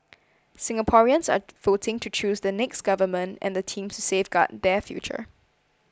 Singaporeans are voting to choose the next government and the team to safeguard their future